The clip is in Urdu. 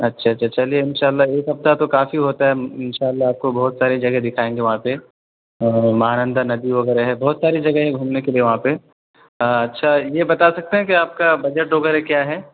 اچھا اچھا چلیے ان شاء اللہ ایک ہفتہ تو کافی ہوتا ہے ان شاء اللہ آپ کو بہت ساری جگہ دکھائیں گے وہاں پہ مہانندہ ندی وغیرہ ہے بہت ساری جگہیں ہیں گھومنے کے لیے وہاں پہ اچھا یہ بتا سکتے ہیں کہ آپ کا بجٹ وغیرہ کیا ہے